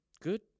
good